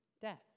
death